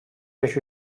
yaş